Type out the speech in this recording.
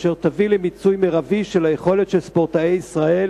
אשר תביא למיצוי מרבי של היכולת של ספורטאי ישראל